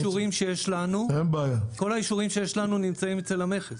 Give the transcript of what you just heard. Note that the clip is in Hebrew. כל האישורים שיש לנו נמצאים אצל המכס.